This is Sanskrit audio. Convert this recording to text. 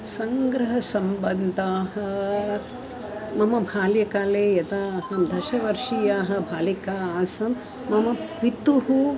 सङ्ग्रहसम्बन्धाः मम बाल्यकाले यदा अहं दशवर्षीयाः बालिका आसं मम पितुः